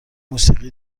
موسیقی